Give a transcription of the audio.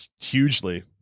hugely